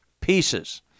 pieces